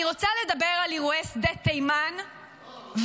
אני רוצה לדבר על אירועי שדה תימן והפריצה